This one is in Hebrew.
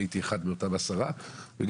אני הייתי אחד מאותן עשר והגבייה